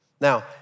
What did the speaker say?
Now